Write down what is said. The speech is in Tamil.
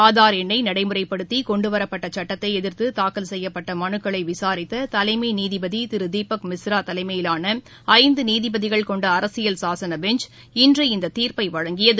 ஆதார் எண்ணை நடைமுறைப்படுத்தி கொண்டுவரப்பட்ட சுட்டத்தை எதிர்த்து தாக்கல் செய்யப்பட்ட மனுக்களை விசாரித்த தலைமை நீதிபதி திரு தீபக் மிஸ்ரா தலைமையிலான ஐந்து நீதிபதிகள் கொண்ட அரசியல் சாசன பெஞ்ச் இன்று இந்த தீர்ப்பை வழங்கியது